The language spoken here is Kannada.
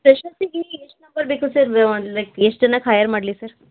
ಫ್ರೆಶರ್ಸಿಗೆ ಎಷ್ಟು ನಂಬರ್ ಬೇಕು ಸರ್ ಒಂದು ಲೈಕ್ ಎಷ್ಟು ಜನಕ್ಕೆ ಹಯರ್ ಮಾಡಲಿ ಸರ್